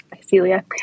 Celia